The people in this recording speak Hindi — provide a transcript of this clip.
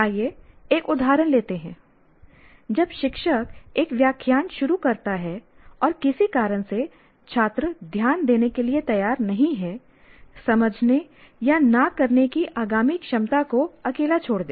आइए एक उदाहरण लेते हैं जब शिक्षक एक व्याख्यान शुरू करता है और किसी कारण से छात्र ध्यान देने के लिए तैयार नहीं हैं समझने या न करने की आगामी क्षमता को अकेला छोड़ दें